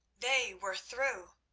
they were through!